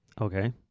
Okay